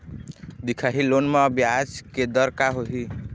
दिखाही लोन म ब्याज के दर का होही?